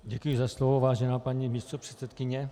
Děkuji za slovo, vážená paní místopředsedkyně.